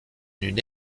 d’une